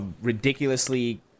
ridiculously